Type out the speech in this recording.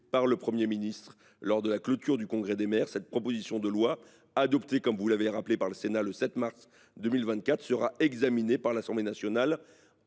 par le Premier ministre lors de la clôture du Congrès des maires, cette proposition de loi, adoptée à l’unanimité par le Sénat le 7 mars 2024, sera examinée par l’Assemblée nationale